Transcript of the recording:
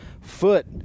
foot